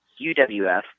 UWF